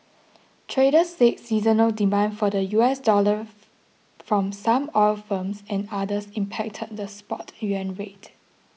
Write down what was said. traders said seasonal demand for the U S dollar from some oil firms and others impacted the spot yuan rate